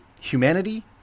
humanity